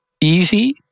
easy